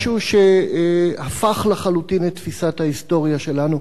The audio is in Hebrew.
משהו שהפך לחלוטין את תפיסת ההיסטוריה שלנו.